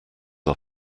are